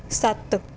ਸੱਤ